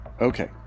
Okay